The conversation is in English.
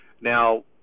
Now